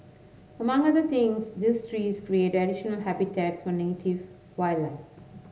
among other things these trees create additional habitats for native wildlife